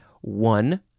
One